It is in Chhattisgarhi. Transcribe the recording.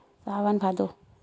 सावन भादो